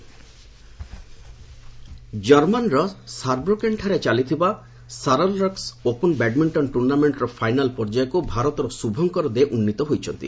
badminton ଜର୍ମାନ୍ର ସାରବୃକେନ୍ଠାରେ ଚାଲିଥିବା ସାରଲରଲକ୍କ ଓପନ୍ ବ୍ୟାଡ୍ମିଣ୍ଟନ ଟୁର୍ଷ୍ଣାଗମର୍ଟର ପାଇନାଲ୍ ପର୍ଯ୍ୟାୟକୁ ଭାରତର ଶୁଭଙ୍କର ଦେ ଉନ୍ନୀତ ହୋଇଛନ୍ତି